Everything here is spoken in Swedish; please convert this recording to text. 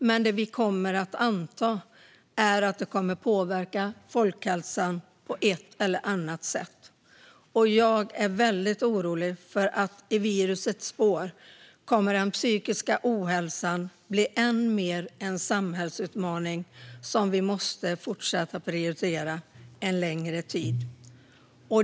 Men vi kan anta att detta kommer att påverka folkhälsan på ett eller annat sätt. Jag är mycket orolig för att den psykiska ohälsan i virusets spår än mer kommer att bli en samhällsutmaning som vi måste fortsätta att prioritera en längre tid.